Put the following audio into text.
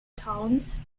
towns